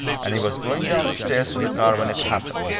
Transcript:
and he was going down the stairs to the car when it happened.